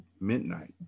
midnight